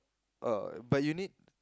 oh but you need